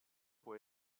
può